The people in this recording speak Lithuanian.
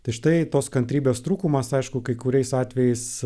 tai štai tos kantrybės trūkumas aišku kai kuriais atvejais